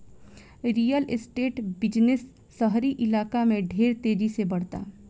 real estate business शहरी इलाका में ढेर तेजी से बढ़ता